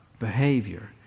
behavior